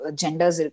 genders